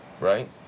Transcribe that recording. right